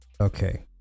okay